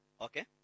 okay